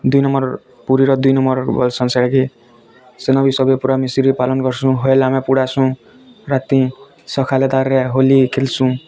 ଦୁଇ ନମ୍ବର୍ ପୁରୀ ର ଦୁଇ ନମ୍ବର୍ ସେନ୍ ବି ସଭିଁଏ ପୁରା ମିଶିକି ପାଳନ କରସୁଁ ହୋଇଲେ ଆମେ ପଳେଇ ଆସୁ ରାତି ସକାଲେ ତାର୍ ହୋଲି ଖେଲସୁଁ